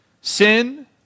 Sin